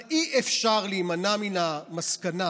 אבל אי-אפשר להימנע מן המסקנה